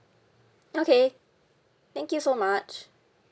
okay thank you so much